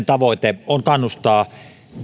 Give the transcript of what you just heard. tavoite on kannustaa